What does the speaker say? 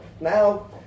now